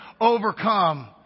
overcome